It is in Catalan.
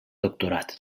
doctorat